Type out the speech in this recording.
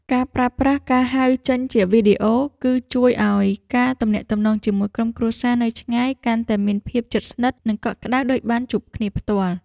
ការប្រើប្រាស់ការហៅចេញជាវីដេអូ គឺជួយឱ្យការទំនាក់ទំនងជាមួយក្រុមគ្រួសារនៅឆ្ងាយកាន់តែមានភាពជិតស្និទ្ធ និងកក់ក្ដៅដូចបានជួបគ្នាផ្ទាល់។